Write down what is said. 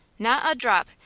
not a drop.